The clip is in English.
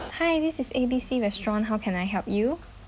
hi this is A B C restaurant how can I help you